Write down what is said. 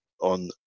on